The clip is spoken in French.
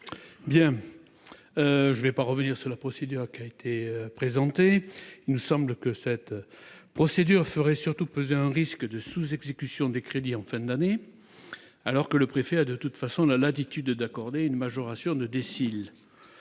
Je ne reviendrai pas sur le dispositif qui vient d'être présenté. Il nous semble que cette procédure ferait surtout peser un risque de sous-exécution des crédits en fin d'année, alors que le préfet a de toute façon la latitude d'accorder une majoration de DSIL.